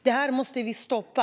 Detta måste vi stoppa.